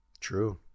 True